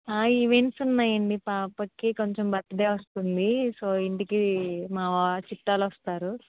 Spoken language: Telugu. ఈవెంట్స్ ఉన్నాయండి పాపకి కొంచెం బర్త్ డే వస్తుంది సో ఇంటికి మా వారి చుట్టాలు వస్తారు